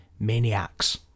Maniacs